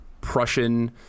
Prussian